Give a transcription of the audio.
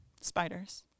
spiders